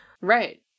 Right